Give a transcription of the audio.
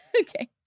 Okay